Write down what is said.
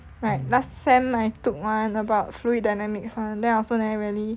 right last sem I took one about free dynamics [one] then I also never really